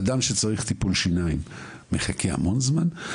אדם שצריך לקבל טיפול שיניים מחכה המון זמן.